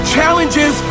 Challenges